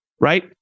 right